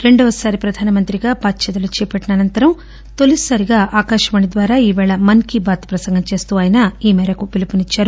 రెండవసారి ప్రధానమంత్రిగా బాధ్యతలు చేపట్లిన అనంతరం తొలిసారిగా ఆకాశవాణి ద్వారా మన్ కీ బాత్ ప్రసంగం చేస్తూ ఆయన ఈ మేరకు పిలుపునిచ్చారు